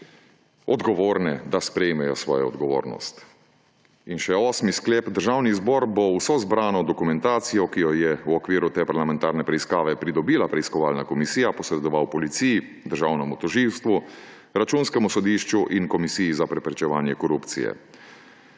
odgovorne, da sprejmejo svojo odgovornost. In še osmi sklep: Državni zbor bo vso zbrano dokumentacijo, ki jo je v okviru te parlamentarne preiskave pridobila preiskovalna komisija, posredoval Policiji, Državnemu tožilstvu, Računskemu sodišču in Komisiji za preprečevanje korupcije.